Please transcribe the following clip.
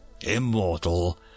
immortal